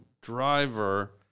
driver